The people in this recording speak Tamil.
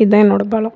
இதுதான் என்னோடய பலம்